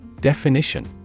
Definition